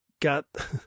got